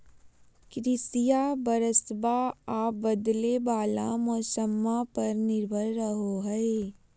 कृषिया बरसाबा आ बदले वाला मौसम्मा पर निर्भर रहो हई